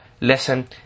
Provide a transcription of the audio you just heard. lesson